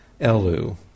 Elu